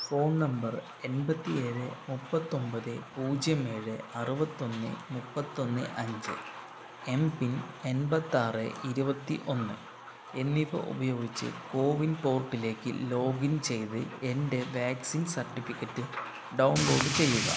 phone number എൺപത്തിയേഴ് മുപ്പത്തൊൻപത് പൂജ്യം ഏഴ് അറുപത്തൊന്ന് മുപ്പത്തൊന്ന് അഞ്ച് എം പിൻ എൺപത്താറ് ഇരുപത്തിയൊന്ന് എന്നിവ ഉപയോഗിച്ച് കോവിൻ പോർട്ടിലേക്ക് ലോഗിൻ ചെയ്ത് എൻ്റെ വാക്സിൻ സർട്ടിഫിക്കറ്റ് ഡൗൺ ലോഡ് ചെയ്യുക